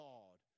God